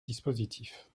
dispositif